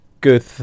good